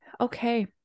okay